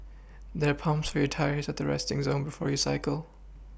there are pumps for your tyres at the resting zone before you cycle